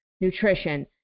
nutrition